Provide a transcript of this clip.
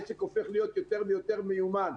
העסק הופך להיות יותר ויותר מיומן.